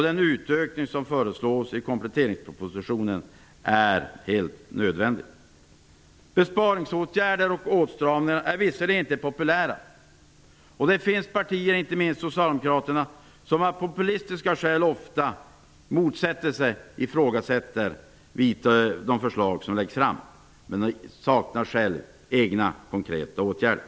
Den utökning som föreslås i kompletteringspropositionen är helt nödvändig. Besparingsåtgärder och åtstramningar är visserligen inte populära. Det finns partier, inte minst Socialdemokraterna, som av populistiska skäl ofta motsätter sig och ifrågasätter de förslag som läggs fram. Men de saknar egna konkreta åtgärder.